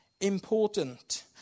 important